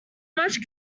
much